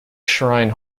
shrine